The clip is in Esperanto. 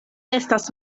estas